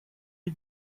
you